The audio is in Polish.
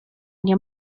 nie